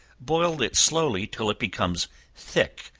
boil it slowly till it becomes thick,